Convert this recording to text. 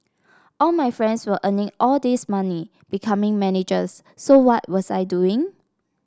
all my friends were earning all this money becoming managers so what was I doing